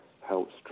helps